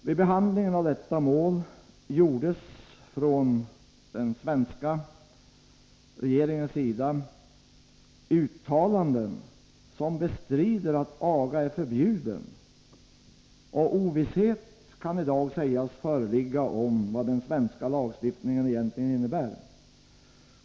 Vid behandlingen av detta mål gjorde den svenska regeringen uttalanden som egentligen bestrider att aga är förbjuden, och ovisshet kan i dag sägas föreligga om vad den svenska lagstiftningen egentligen innebär.